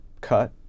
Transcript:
cut